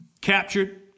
Captured